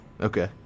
Okay